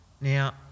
Now